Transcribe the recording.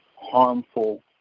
harmful